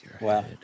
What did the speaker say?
Wow